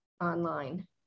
online